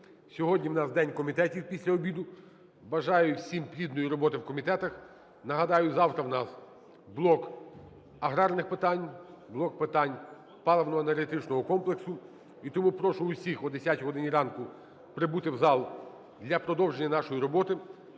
Сьогодні у нас день комітетів після обіду. Бажаю всім плідної роботи в комітетах. Нагадаю, завтра у нас блок аграрних питань, блок питань паливно-енергетичного комплексу. І тому прошу усіх о 10 годині ранку прибути в зал для продовження нашої роботи.